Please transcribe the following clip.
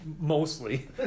mostly